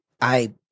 I-